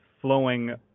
flowing